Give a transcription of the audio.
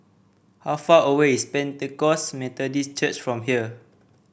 how far away is Pentecost Methodist Church from here